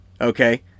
Okay